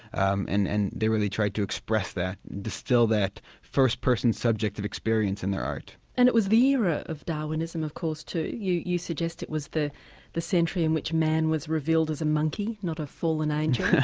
um and and they really tried to express that and distil that first person subject of experience in their art. and it was the era of darwinism of course too, you you suggest it was the the century in which man was revealed as a monkey, not a fallen angel.